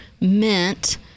mint